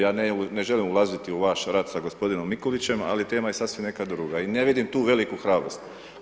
Ja ne želim ulaziti u vaš rad sa gospodinom Mikulićem ali tema je sasvim neka druga i ne vidim tu veliku hrabrost.